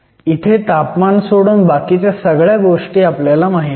इथे तापमान सोडून बाकीच्या सगळ्या गोष्टी माहीत आहेत